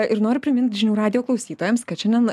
ir noriu primint žinių radijo klausytojams kad šiandien